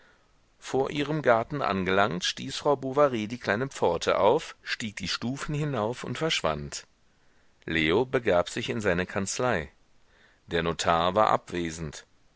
vor ihrem garten angelangt stieß frau bovary die kleine pforte auf stieg die stufen hinauf und verschwand leo begab sich in seine kanzlei der notar war abwesend